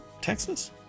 Texas